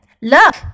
look